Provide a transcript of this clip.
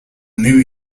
knew